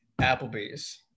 Applebee's